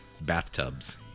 bathtubs